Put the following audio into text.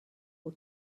who